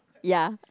ya